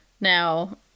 now